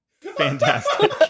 Fantastic